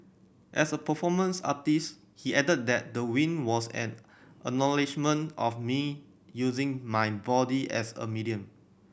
as a performance artist he added that the win was an acknowledgement of me using my body as a medium